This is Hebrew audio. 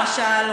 למשל,